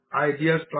Ideas